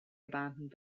abandoned